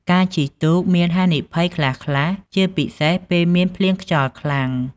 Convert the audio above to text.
ការជិះទូកមានហានិភ័យខ្លះៗជាពិសេសពេលមានភ្លៀងខ្យល់ខ្លាំង។